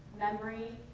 memory,